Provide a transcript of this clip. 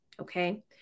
okay